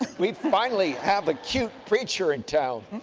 we finally have a cute preacher in town.